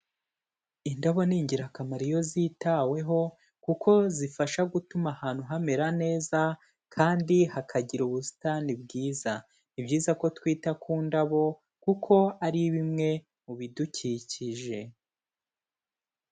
Indabo ni ingirakamaro iyo zitaweho kuko zifasha gutuma ahantu hamera neza kandi hakagira ubusitani bwiza, ni byiza ko twita ku ndabo kuko ari bimwe mu bidukikije.